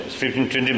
15-20